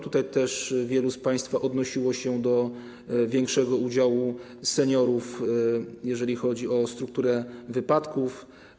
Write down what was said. Tutaj też wielu z państwa odnosiło się do większego udziału seniorów, jeżeli chodzi o strukturę wypadków.